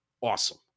awesome